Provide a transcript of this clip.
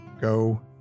go